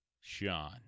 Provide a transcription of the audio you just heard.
Sean